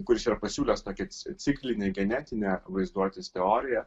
kuris yra pasiūlęs tokią cik ciklinę genetinę vaizduotės teoriją